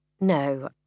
No